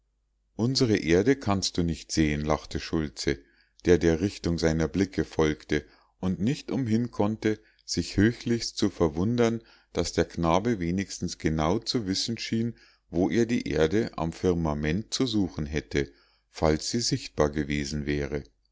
unsere erde kannst du nicht sehen lachte schultze der der richtung seiner blicke folgte und nicht umhin konnte sich höchlichst zu verwundern daß der knabe wenigstens genau zu wissen schien wo er die erde am firmament zu suchen hätte falls sie sichtbar gewesen wäre